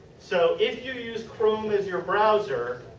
so, if you use chrome as your browser,